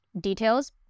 details